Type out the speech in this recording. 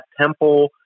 temple